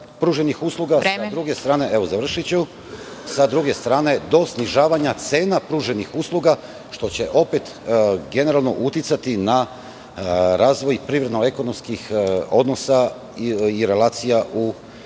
pružanih usluga, a sa druge strane, do snižavanja cena pruženih usluga, što će opet generalno uticati na razvoj privredno ekonomskih odnosa i relacija u ekonomiji